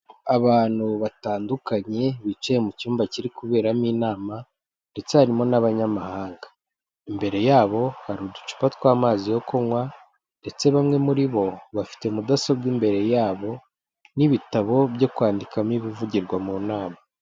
Abantu batandukanye bicaye mu cyumba kiri kuberamo inama ndetse harimo n'abanyamahanga. Imbere yabo hari uducupa tw'amazi yo kunywa ndetse bamwe muri bo bafite mudasobwa imbere yabo n'ibitabo byo kwandikamo ibivugirwa mu nama.